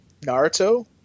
Naruto